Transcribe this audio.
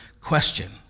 question